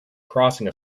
crossing